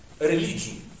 religion